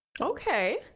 Okay